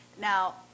Now